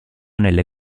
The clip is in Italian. nelle